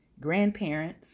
grandparents